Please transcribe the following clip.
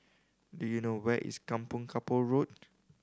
do you know where is Kampong Kapor Road